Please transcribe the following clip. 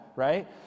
right